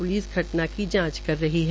police घटना की जांच कर रही है